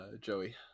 Joey